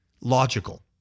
Logical